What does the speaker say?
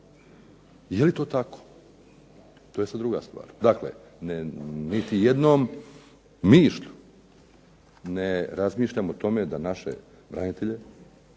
Je li to tako? To je sad druga stvar. Dakle, niti jednom mišlju ne razmišljam o tome da naše branitelja,